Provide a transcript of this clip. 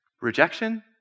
rejection